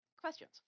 Questions